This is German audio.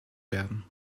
werden